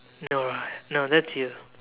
no lah no that's you